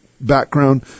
background